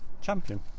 Champion